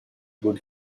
would